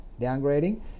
downgrading